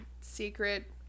secret